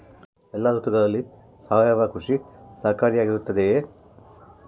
ಎಲ್ಲ ಋತುಗಳಲ್ಲಿ ಸಾವಯವ ಕೃಷಿ ಸಹಕಾರಿಯಾಗಿರುತ್ತದೆಯೇ?